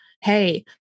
hey